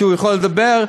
שהיא יכולה לדבר,